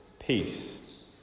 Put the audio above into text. peace